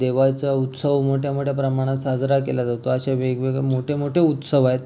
देवाचा उत्सव मोठया मोठया प्रमाणात साजरा केला जातो असे वेगवेगळे मोठे मोठे उत्सव आहेत